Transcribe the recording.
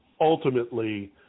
ultimately